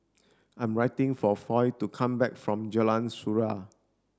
I'm waiting for Foy to come back from Jalan Surau